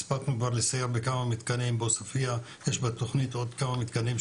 הספקנו כבר לסייע בכמה מתקנים בעוספיא ויש בתוכנית עוד כמה מתקנים,